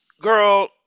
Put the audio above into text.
Girl